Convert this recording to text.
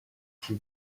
can